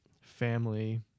family